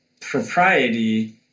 propriety